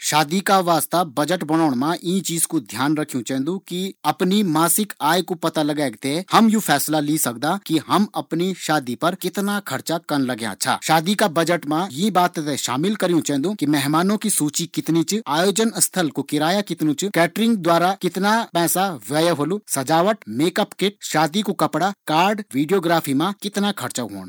शादी का वास्ता बजट बणोण मा ईं चीज कू ध्यान रखयूँ चैन्दु कि अपणी मासिक आय कू पता लगैक हम यू फैसला ली सकदा कि हम अपणी शादी मा कितना खर्चा करन लगयाँ छा। शादी का बजट मा यीं बात थें शामिल करयूँ चैन्दु कि मेहमानों की सूची कितनी च? आयोजन स्थल कू किरायु कितना च? कैटरिंग द्वारा कितना पैसा व्यय होलू? सजावट, मेकअप किट, शादी का कपड़ा, कार्ड और वीडियोग्राफी मा कितना खर्चा होलू?